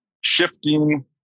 shifting